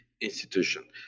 institution